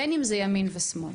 בין שזה ימין ובין ששמאל.